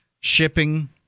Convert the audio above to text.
shipping